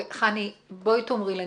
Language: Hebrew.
חני, בואי תאמרי לנו,